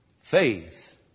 Faith